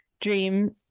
dream